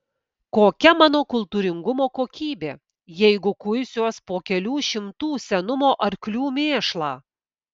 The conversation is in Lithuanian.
kokia mano kultūringumo kokybė jeigu kuisiuos po kelių šimtų senumo arklių mėšlą